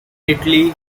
italy